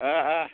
ओ ओ